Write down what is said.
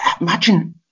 imagine